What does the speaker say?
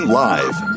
live